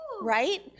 right